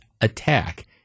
attack